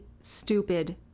stupid